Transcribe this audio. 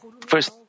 first